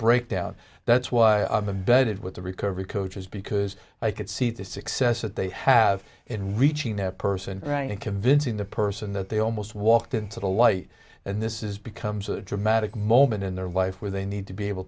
breakdown that's why i'm abetted with the recovery coaches because i could see the success that they have in reaching that person right and convincing the person that they almost walked into the light and this is becomes a dramatic moment in their life where they need to be able